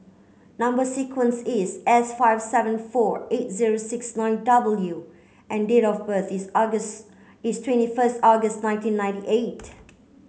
number sequence is S five seven four eight zero six nine W and date of birth is August is twenty first August nineteen ninety eight